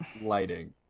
lighting